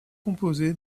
composé